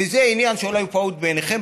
וזה עניין שאולי הוא פעוט בעיניכם,